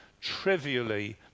trivially